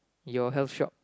your health shop